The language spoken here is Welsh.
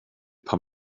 pan